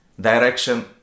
Direction